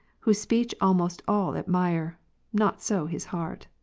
whose speech almost all admire, not so his heart.